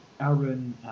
Aaron